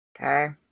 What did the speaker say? Okay